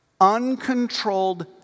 Uncontrolled